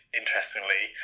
interestingly